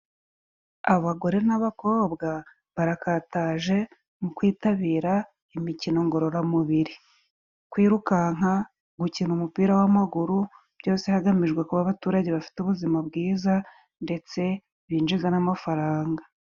Abagore n'abakobwa barakataje mu kwitabira imikino ngororamubiri. Kwirukanka, gukina umupira w'amaguru, byose hagamijwe kuba abaturage bafite ubuzima bwiza ndetse binjiza n'amafaranga.